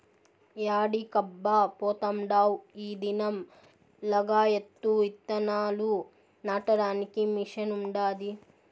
యాడికబ్బా పోతాండావ్ ఈ దినం లగాయత్తు ఇత్తనాలు నాటడానికి మిషన్ ఉండాది